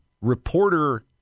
reporter